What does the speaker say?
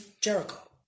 Jericho